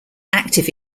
active